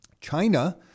China